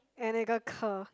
and 一个可：yi ge ke